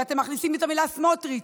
כשאתם מכניסים את המילה: סמוטריץ'.